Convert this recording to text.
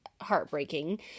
heartbreaking